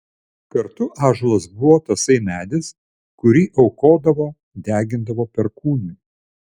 kartu ąžuolas buvo tasai medis kurį aukodavo degindavo perkūnui